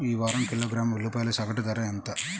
ఈ వారం కిలోగ్రాము ఉల్లిపాయల సగటు ధర ఎంత?